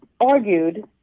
argued